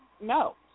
No